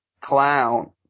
clown